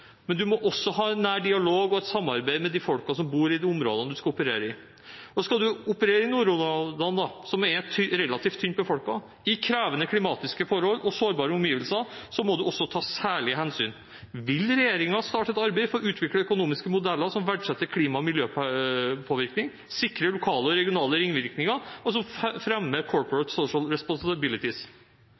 men man må også ha en nær dialog og et samarbeid med de folkene som bor i de områdene man skal operere i. Og skal man operere i nordområdene, som er relativt tynt befolket, i krevende klimatiske forhold og sårbare omgivelser, må man også ta særlige hensyn. Vil regjeringen starte et arbeid for å utvikle økonomiske modeller som verdsetter klima- og miljøpåvirkning, sikrer lokale og regionale ringvirkninger og fremmer «corporate social responsibility»? Etter ett år er ikke jeg sikker på at det er et tema som